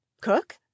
cook